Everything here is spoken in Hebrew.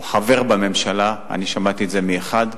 או חבר בממשלה, שמעתי את זה מאחד,